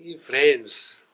friends